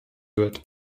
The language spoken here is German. wird